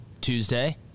Tuesday